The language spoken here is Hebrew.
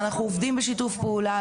אנחנו עובדים בשיתוף פעולה.